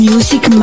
Music